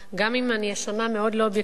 גם אם אני אשמע מאוד לא אובייקטיבית,